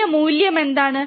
പുതിയ മൂല്യം എന്താണ്